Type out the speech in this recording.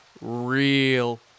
real